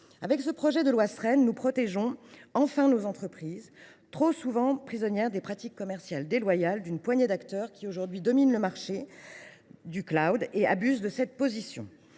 avec le projet de loi Sren, nous protégerons nos entreprises, trop souvent prisonnières des pratiques commerciales déloyales d’une poignée d’acteurs qui dominent aujourd’hui le marché du et abusent de leur position.